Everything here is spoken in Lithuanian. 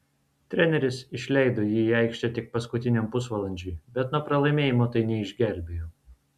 treneris išleido jį į aikštę tik paskutiniam pusvalandžiui bet nuo pralaimėjimo tai neišgelbėjo